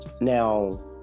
now